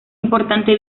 importante